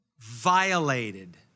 violated